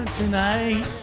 tonight